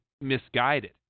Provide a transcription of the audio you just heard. misguided